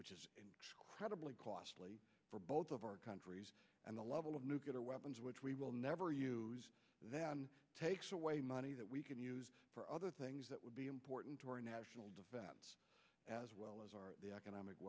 which is credibly costly for both of our countries and the level of nuclear weapons which we will never use that takes away money that we can use for other things that would be important to our national defense as well as our economic